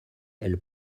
elle